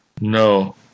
No